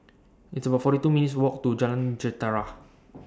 It's about forty two minutes' Walk to Jalan Jentera